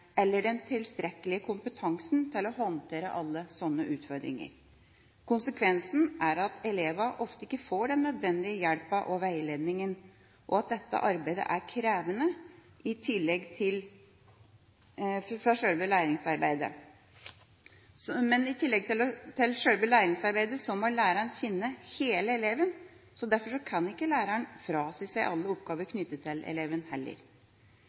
eller den tilstrekkelige kompetansen til å håndtere alle slike utfordringer. Konsekvensen er at elevene ofte ikke får den nødvendige hjelpen og veiledninga, og at dette arbeidet er krevende i tillegg til selve læringsarbeidet. Men i tillegg til selve læringsarbeidet må læreren kjenne hele eleven, derfor kan ikke læreren frasi seg alle oppgaver knyttet til eleven heller.